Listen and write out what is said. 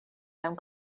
mewn